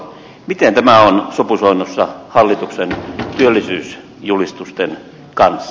miten tämä on sopusoinnussa hallituksen työllisyysjulistusten kanssa